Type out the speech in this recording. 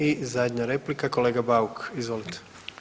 I zadnja replika kolega Bauk, izvolite.